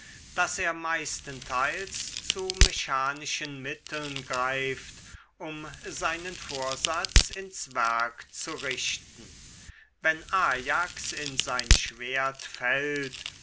daß er meistenteils zu mechanischen mitteln greift um seinen vorsatz ins werk zu richten wenn ajax in sein schwert fällt